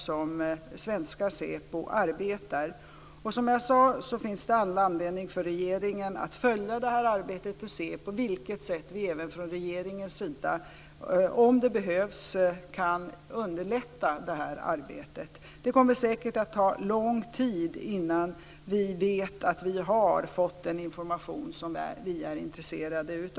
Som jag sagt har regeringen all anledning att följa det här arbetet för att se på vilket sätt den, om så behövs, kan underlätta det. Det kommer säkert att ta lång tid innan vi vet att vi har fått den information som vi är intresserade av.